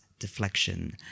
deflection